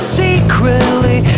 secretly